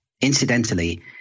Incidentally